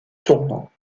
tournant